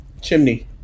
chimney